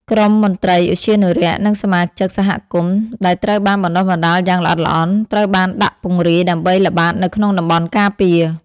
ក្រុមមន្ត្រីឧទ្យានុរក្ស និងសមាជិក សហគមន៍ ដែលត្រូវបានបណ្ដុះបណ្ដាលយ៉ាងល្អិតល្អន់ ត្រូវបានដាក់ពង្រាយដើម្បីល្បាតនៅក្នុងតំបន់ការពារ។